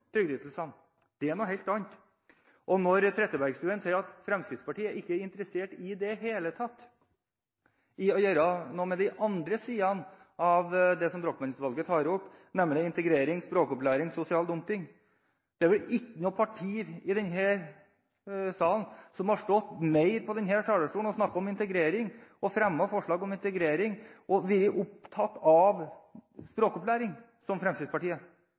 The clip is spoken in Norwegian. trygdeytelsene. Det er noe helt annet. Når representanten Trettebergstuen sier at Fremskrittspartiet ikke i det hele tatt er interessert i å gjøre noe med de andre sidene av det som Brochmann-utvalget tar opp, nemlig integrering, språkopplæring og sosial dumping, vil jeg si at det er vel ikke noe parti i denne salen som har stått mer på denne talerstolen og snakket om integrering, fremmet forslag om integrering og vært opptatt av språkopplæring, enn Fremskrittspartiet.